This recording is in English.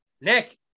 Nick